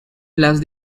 las